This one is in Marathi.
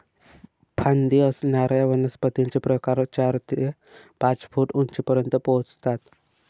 फांदी असणाऱ्या वनस्पतींचे प्रकार चार ते पाच फूट उंचीपर्यंत पोहोचतात